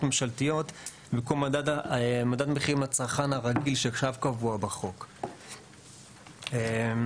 ממשלתיות במקום מדד מחירים לצרכן הרגיל שקבוע בחוק עכשיו.